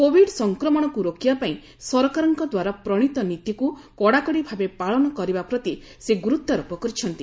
Covid ସଂକ୍ରମଣକୁ ରୋକିବା ପାଇଁ ସରକାରଙ୍କ ଦ୍ୱାରା ପ୍ରଣୀତ ନୀତିକୁ କଡ଼ାକଡ଼ି ଭାବେ ପାଳନ କରିବା ପ୍ରତି ସେ ଗୁରୁତ୍ୱାରୋପ କରିଛନ୍ତି